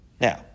now